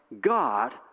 God